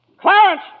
Clarence